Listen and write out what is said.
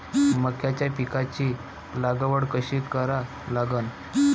मक्याच्या पिकाची लागवड कशी करा लागन?